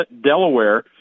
Delaware